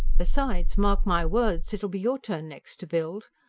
besides, mark my words, it'll be your turn next to build,